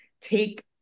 take